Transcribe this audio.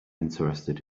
interested